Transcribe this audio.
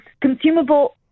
consumable